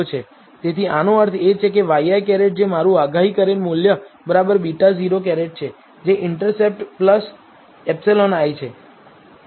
તેથી આનો અર્થ એ છે કે ŷi જે મારું આગાહી કરેલ મૂલ્ય β̂0 છે જે ઇન્ટરસેપ્ટ εi છે